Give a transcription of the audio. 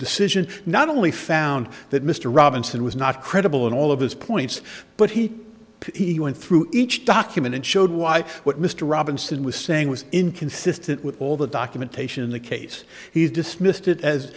decision not only found that mr robinson was not credible in all of his points but he he went through each document and showed why what mr robinson was saying was inconsistent with all the documentation in the case he's dismissed it as